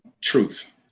truth